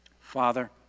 Father